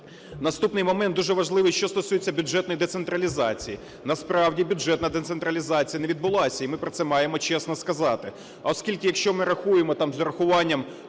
Наступний момент дуже важливий – що стосується бюджетної децентралізації. Насправді бюджетна децентралізація не відбулася і ми про це маємо чесно сказати. Оскільки, якщо ми рахуємо там з урахування